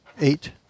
Eight